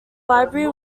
library